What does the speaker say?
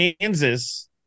Kansas